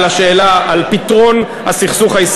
על פתרון הסכסוך,